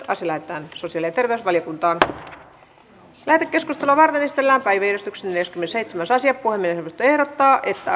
asia lähetetään sosiaali ja terveysvaliokuntaan lähetekeskustelua varten esitellään päiväjärjestyksen neljäskymmenesseitsemäs asia puhemiesneuvosto ehdottaa että